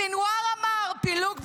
סנוואר אמר: פילוג פנימי,